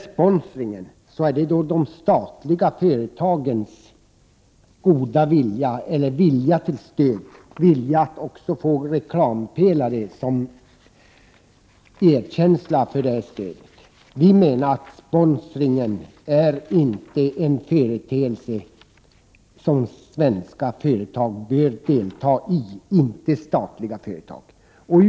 Sponsring är en fråga om företagens vilja att ge stöd och deras önskan att få reklampelare som erkänsla för stödet. Vi menar att sponsring är en företeelse som svenska statliga företag inte bör ägna sig åt.